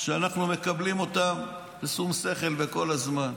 אנחנו מקבלים אותן בשום שכל וכל הזמן.